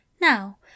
Now